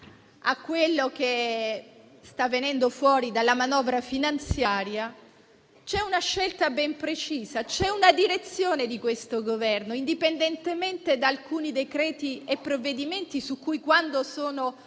a quello che sta venendo fuori dalla manovra finanziaria, c'è una scelta ben precisa, c'è una direzione di questo Governo, indipendentemente da alcuni decreti-legge e provvedimenti, su cui, quando sono positivi,